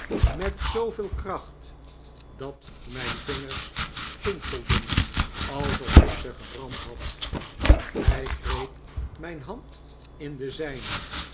met zooveel kracht dat mijn vingers tintelden alsof ik ze gebrand had hij greep mijn hand in de zijne